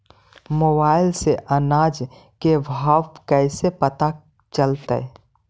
Mobile से अनाज के भाव कैसे पता चलतै?